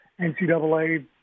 NCAA